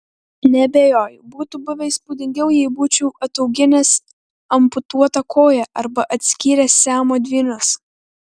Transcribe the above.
neabejoju būtų buvę įspūdingiau jei būčiau atauginęs amputuotą koją arba atskyręs siamo dvynius